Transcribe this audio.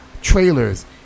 trailers